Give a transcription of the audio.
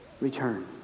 return